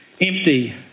empty